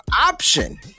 option